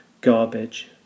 garbage